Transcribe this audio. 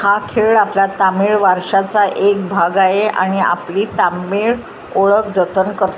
हा खेळ आपला तामीळ वर्षाचा एक भाग आहे आणि आपली तामीळ ओळख जतन करतो